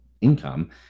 income